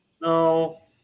No